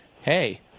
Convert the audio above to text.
hey